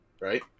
right